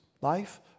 life